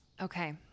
Okay